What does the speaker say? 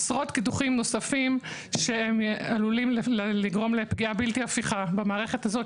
עשרות קידוחים נוספים שהם עלולים לגרום לפגיעה בלתי הפיכה במערכת הזאת,